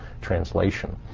translation